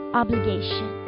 obligation